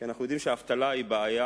כי אנחנו יודעים שאבטלה היא בעיה.